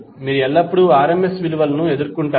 మీరు ఎల్లప్పుడూ RMS విలువను ఎదుర్కొంటారు